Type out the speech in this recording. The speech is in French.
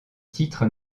titre